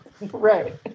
Right